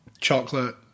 chocolate